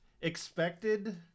expected